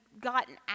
gotten